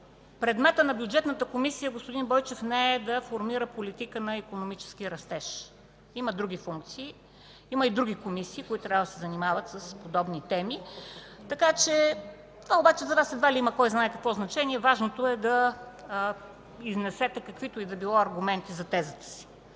Предметът на Бюджетната комисия, господин Бойчев, не е да формира политика на икономически растеж, има други функции. Има и други комисии, които трябва да се занимават с подобни теми. Това обаче за Вас едва ли има кой знае какво значение, важното е да изнесете каквито и да било аргументи за тезата си.